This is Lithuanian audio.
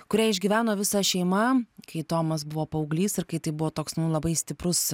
kurią išgyveno visa šeima kai tomas buvo paauglys ir kai tai buvo toks nu labai stiprus